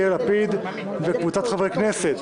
יאיר לפיד וקבוצת חברי כנסת.